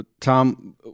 tom